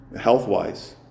Health-wise